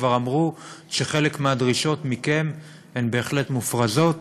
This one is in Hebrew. כבר אמרו שחלק מהדרישות מכם הן בהחלט מופרזות,